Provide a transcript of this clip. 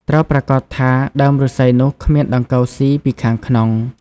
ត្រូវប្រាកដថាដើមឫស្សីនោះគ្មានដង្កូវស៊ីពីខាងក្នុង។